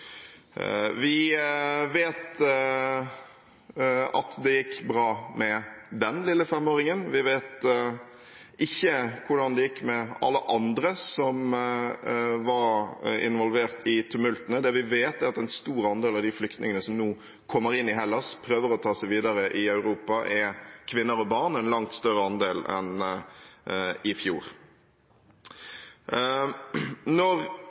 Vi vet at det gikk bra med den lille femåringen, vi vet ikke hvordan det gikk med alle andre som var involvert i tumultene. Det vi vet, er at en stor andel av de flyktningene som nå kommer inn i Hellas og prøver å ta seg videre i Europa, er kvinner og barn – en langt større andel enn i fjor. Når